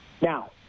Now